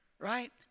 right